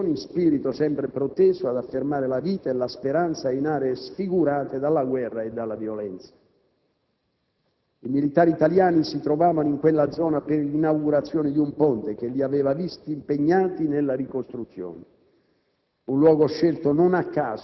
come delle altre nostre missioni: spirito sempre proteso ad affermare la vita e la speranza in aree sfigurate dalla guerra e dalla violenza. I militari italiani si trovavano in quella zona per l'inaugurazione di un ponte che li aveva visti impegnati nella ricostruzione;